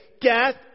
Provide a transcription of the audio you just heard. death